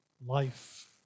life